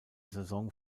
saison